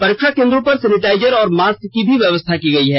परीक्षा केन्द्रों पर सैनिटाइजर और मास्क की भी व्यवस्था की गई है